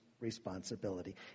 responsibility